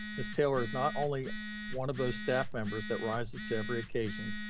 ms. taylor is not only one of those staff members that rises to every occasion,